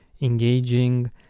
engaging